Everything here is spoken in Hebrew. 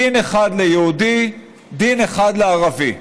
דין אחד ליהודי, דין אחד לערבי.